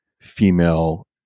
female